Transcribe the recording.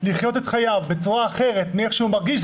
לחיות את חייו בצורה אחרת מאיך שהוא מרגיש,